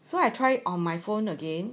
so I try on my phone again